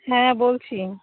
হ্যাঁ বলছি